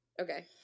Okay